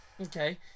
okay